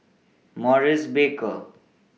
Maurice Baker